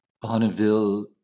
Bonneville